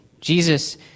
Jesus